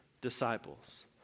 disciples